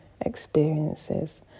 experiences